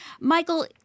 Michael